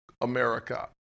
America